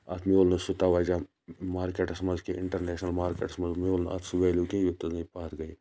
اتھ میوٗل نہٕ سُہ تَوَجہَ ماکیٚکَس مَنٛز کہِ اِنٹَرنیشنَل مارکیٚٹَس مَنٛز میوٗل نہٕ اتھ سُہ ویلیو کہینۍ یوٚتَن تانۍ یہِ پتھ گٔے